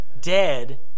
Dead